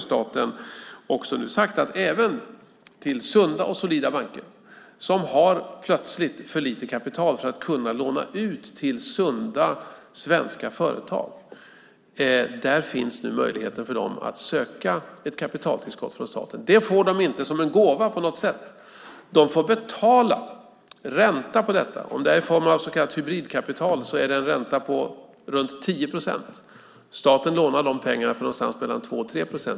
Staten har nu sagt att för sunda och solida banker som plötsligt har för lite kapital för att kunna låna ut till sunda svenska företag finns nu möjlighet att söka ett kapitaltillskott från staten. De får inte det som en gåva. De får betala ränta på detta. Om det är i form av så kallat hybridkapital är räntan omkring 10 procent. Staten lånar pengar för mellan 2 och 3 procent.